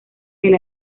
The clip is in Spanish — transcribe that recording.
del